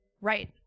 Right